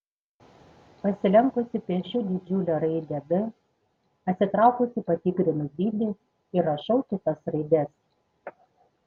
pasilenkusi piešiu didžiulę raidę d atsitraukusi patikrinu dydį ir rašau kitas raides